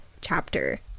chapter